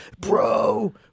bro